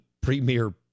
premier